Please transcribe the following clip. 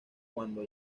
cuando